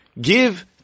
give